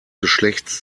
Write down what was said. geschlechts